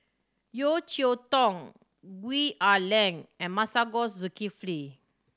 Yeo Cheow Tong Gwee Ah Leng and Masagos Zulkifli